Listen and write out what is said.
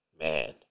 Man